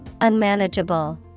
Unmanageable